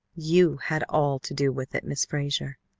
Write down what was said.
you had all to do with it. miss frazer,